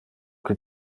que